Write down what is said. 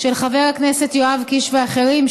של חבר הכנסת יואב קיש ואחרים,